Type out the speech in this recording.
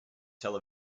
tel